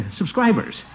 subscribers